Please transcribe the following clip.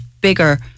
bigger